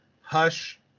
Hush